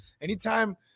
Anytime